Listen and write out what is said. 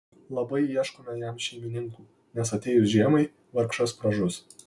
labai ieškome jam šeimininkų nes atėjus žiemai vargšas pražus